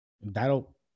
That'll